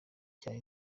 cyane